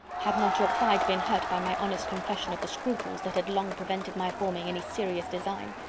had not your pride been hurt by my honest confession of the scruples that had long prevented my forming any serious design.